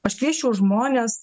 aš kviesčiau žmones